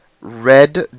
Red